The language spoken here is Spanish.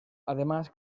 además